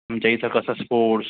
आमच्या इथं कसं स्पोर्ट्स